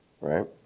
right